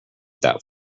that